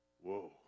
Whoa